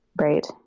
Right